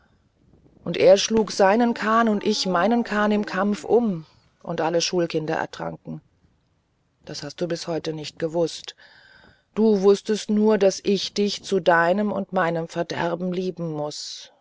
und er schlug seinen kahn und ich meinen kahn im kampf um und alle schulkinder ertranken das hast du bis heute nicht gewußt du wußtest nur daß ich dich zu deinem und meinem verderben lieben muß